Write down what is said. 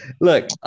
look